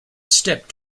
step